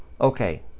okay